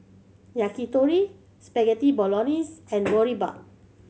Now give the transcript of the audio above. Yakitori Spaghetti Bolognese and Boribap